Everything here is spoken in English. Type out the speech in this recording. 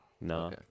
no